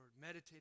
Meditate